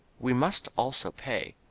we must also pay.